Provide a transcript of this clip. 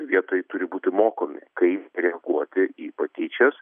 vietoj turi būti mokomi kaip reaguoti į patyčias